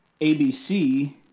ABC